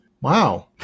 Wow